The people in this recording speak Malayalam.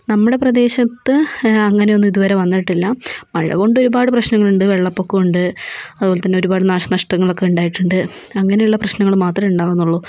നമ്മുടെ പ്രദേശത്ത് അങ്ങനെയൊന്നും ഇതുവരെ വന്നിട്ടില്ല മഴ കൊണ്ടൊരുപാട് പ്രശ്നങ്ങൾ ഉണ്ട് വെള്ളപൊക്കം ഉണ്ട് അതുപോലെ തന്നെ ഒരുപാട് നാശനഷ്ടങ്ങൾ ഒക്കെ ഉണ്ടായിട്ടുണ്ട് അങ്ങനെയുള്ള പ്രശ്നങ്ങൾ മാത്രമെ ഉണ്ടാവുന്നുള്ളു